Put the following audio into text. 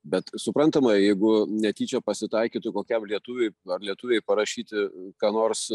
bet suprantama jeigu netyčia pasitaikytų kokiam lietuviui ar lietuvei parašyti ką nors